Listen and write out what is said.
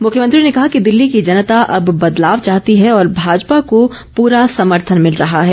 मुख्यमंत्री ने कहा कि दिल्ली की जनता अब बदलाव चाहती है और भाजपा को पूरा समर्थन मिल रहा है